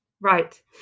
Right